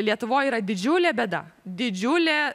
lietuvoj yra didžiulė bėda didžiulė